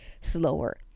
slower